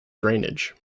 drainage